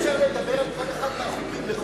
אי-אפשר לדבר על כל אחד מהחוקים לחוד?